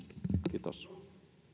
kiitos